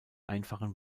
einfachen